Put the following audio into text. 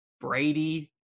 Brady